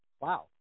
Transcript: Wow